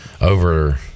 over